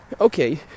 Okay